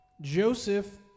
Joseph